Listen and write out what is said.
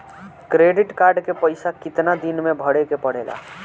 Credit card के पइसा कितना दिन में भरे के पड़ेला?